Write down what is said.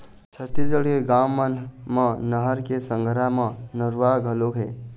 छत्तीसगढ़ के गाँव मन म नहर के संघरा म नरूवा घलोक हे